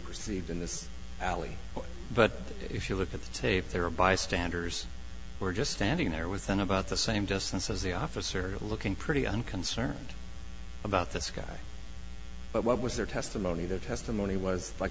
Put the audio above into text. perceived in this alley but if you look at the tape there are bystanders were just standing there within about the same justice as the officer looking pretty unconcerned about this guy but what was their testimony their testimony